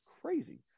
crazy